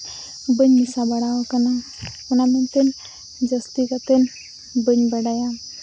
ᱵᱟᱹᱧ ᱢᱮᱥᱟ ᱵᱟᱲᱟᱣᱟᱠᱟᱱᱟ ᱚᱱᱟ ᱤᱭᱟᱹ ᱛᱮ ᱡᱟᱹᱥᱛᱤ ᱠᱟᱛᱮ ᱵᱟᱹᱧ ᱵᱟᱰᱟᱭᱟ